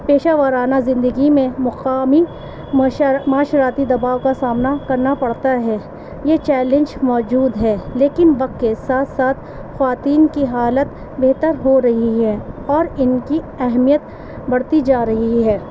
پیشہ وارانہ زندگی میں مقامی معاشرتی دباؤ کا سامنا کرنا پڑتا ہے یہ چیلنج موجود ہے لیکن وقت کے ساتھ ساتھ خواتین کی حالت بہتر ہو رہی ہے اور ان کی اہمیت بڑھتی جا رہی ہے